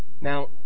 Now